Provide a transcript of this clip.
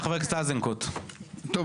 חבר הכנסת איזנקוט, בבקשה.